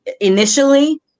initially